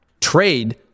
Trade